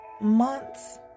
months